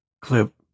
clip